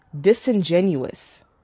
disingenuous